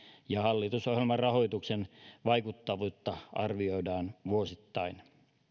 ja hallitusohjelman rahoituksen vaikuttavuutta arvioidaan vuosittain